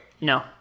No